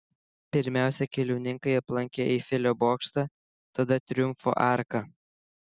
pirmiausia keliauninkai aplankė eifelio bokštą tada triumfo arką